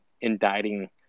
indicting